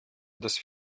das